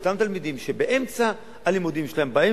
לאותם תלמידים שבאמצע הלימודים שלהם באים